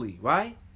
right